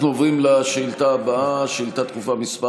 אנחנו עוברים לשאילתה הבאה, שאילתה דחופה מס'